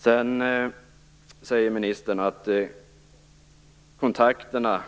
Sedan säger ministern att kontakterna